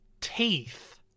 Teeth